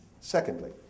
Secondly